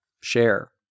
share